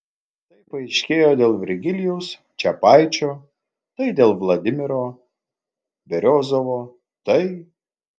tai paaiškėjo dėl virgilijaus čepaičio tai dėl vladimiro beriozovo tai